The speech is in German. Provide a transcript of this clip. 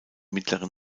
mittleren